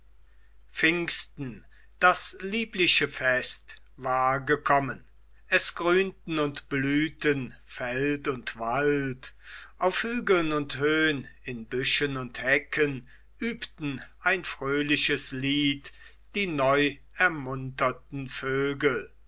pfingsten das liebliche fest war gekommen es grünten und blühten feld und wald auf hügeln und höhn in büschen und hecken übten ein fröhliches lied die neuermunterten vögel